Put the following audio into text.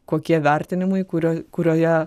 kokie vertinimai kurio kurioje